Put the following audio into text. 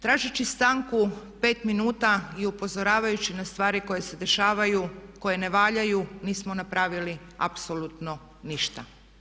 Tražeći stanku 5 minuta i upozoravajući na stvari koje se dešavaju, koje ne valjaju nismo napravili apsolutno ništa.